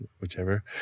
whichever